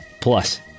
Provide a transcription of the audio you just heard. Plus